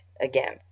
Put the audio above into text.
again